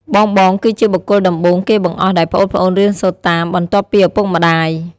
បងៗគឺជាបុគ្គលដំបូងគេបង្អស់ដែលប្អូនៗរៀនសូត្រតាម បន្ទាប់ពីឪពុកម្ដាយ ។